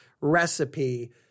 recipe